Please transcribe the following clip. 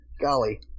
golly